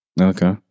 okay